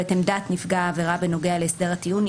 ואת עמדת נפגע העבירה בנוגע להסדר הטיעון,